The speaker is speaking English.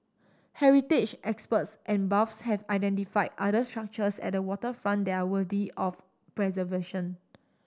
heritage experts and buffs have identified other structures at the waterfront that are worthy of preservation